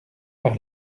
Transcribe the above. par